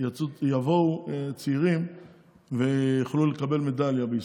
שיבואו צעירים ויוכלו לקבל מדליה בישראל.